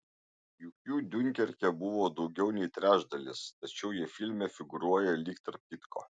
juk jų diunkerke buvo daugiau nei trečdalis tačiau jie filme figūruoja lyg tarp kitko